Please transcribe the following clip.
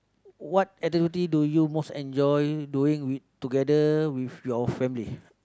what activity do you most enjoy doing with together with your family